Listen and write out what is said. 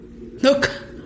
Look